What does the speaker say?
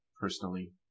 personally